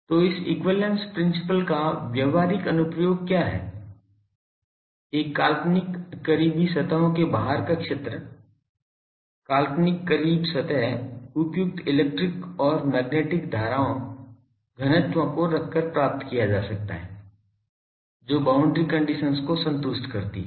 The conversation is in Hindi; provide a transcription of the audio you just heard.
तो इस एक्विवैलेन्स प्रिंसिपल का व्यावहारिक अनुप्रयोग क्या है एक काल्पनिक करीबी सतहों के बाहर का क्षेत्र काल्पनिक करीब सतह उपयुक्त इलेक्ट्रिक और मैग्नेटिक धाराओं घनत्वों को रखकर प्राप्त किया जाता है जो बाउंड्री कंडीशंस को संतुष्ट करती हैं